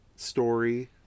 story